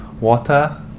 water